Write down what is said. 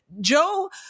Joe